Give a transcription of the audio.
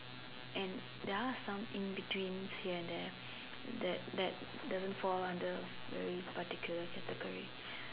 and there are some in between here and there that doesn't really fall under any particular category